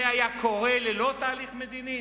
זה היה קורה ללא תהליך מדיני?